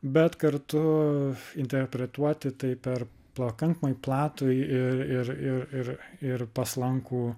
bet kartu interpretuoti tai per pakankamai platų ir ir ir ir ir paslankų